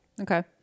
Okay